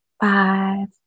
five